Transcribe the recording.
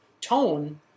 tone